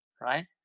right